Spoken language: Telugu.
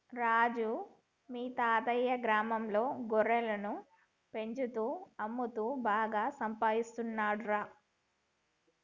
రాజు మీ తాతయ్యా గ్రామంలో గొర్రెలను పెంచుతూ అమ్ముతూ బాగా సంపాదిస్తున్నాడురా